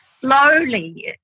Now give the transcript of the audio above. slowly